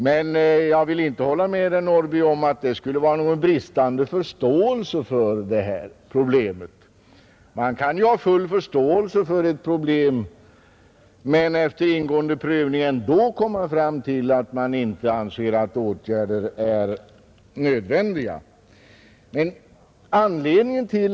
Men jag vill inte hålla med herr Norrby i Åkersberga om att det skulle innebära någon bristande förståelse för det här problemet. Man kan ju ha full förståelse för ett problem men efter ingående prövning ändå komma fram till att man inte anser att åtgärder är nödvändiga.